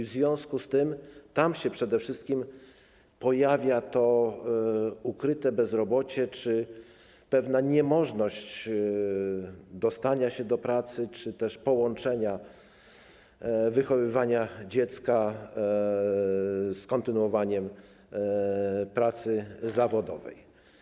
W związku z tym tam przede wszystkim pojawia się ukryte bezrobocie czy pewna niemożność dostania się do pracy bądź też połączenia wychowywania dziecka z kontynuowaniem pracy zawodowej.